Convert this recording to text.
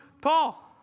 Paul